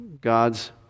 God's